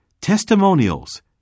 Testimonials